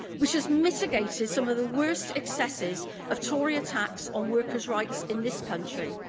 which has mitigated some of the worst excesses of tory attacks on workers' rights in this country.